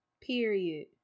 Period